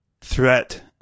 Threat